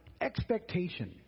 expectation